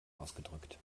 ausgedrückt